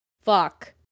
fuck